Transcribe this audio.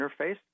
interface